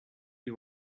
you